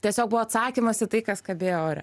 tiesiog buvo atsakymas į tai kas kabėjo ore